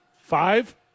Five